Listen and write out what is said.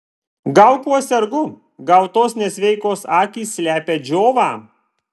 gal kuo sergu gal tos nesveikos akys slepia džiovą